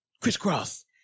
Crisscross